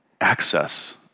access